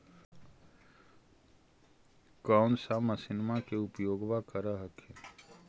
कौन सा मसिन्मा मे उपयोग्बा कर हखिन?